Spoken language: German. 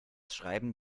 schreiben